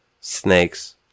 Snakes